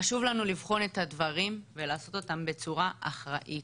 חשוב לנו לבחון את הדברים ולעשות אותם בצורה אחראית.